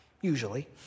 usually